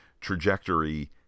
trajectory